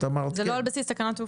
זה לא על בסיס תקנות תעופה,